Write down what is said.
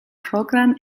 programm